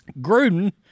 Gruden